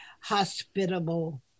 hospitable